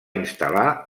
instal·lar